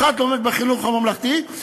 האחד לומד בחינוך הממלכתי,